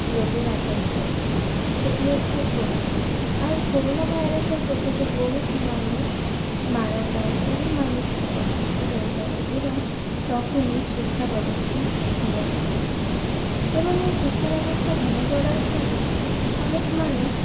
রোগের আতঙ্ক সেটি হচ্ছে করোনা আর করোনা ভাইরাসের প্রকোপে বহুত মানুষ মারা যায় বহু মানুষ অসুস্থ হয়ে পড়ে এবং তখনই শিক্ষা ব্যবস্থা ভেঙে পড়ে এবং এই শিক্ষা ব্যবস্থা ভেঙে পড়ার ফলে অনেক মানুষ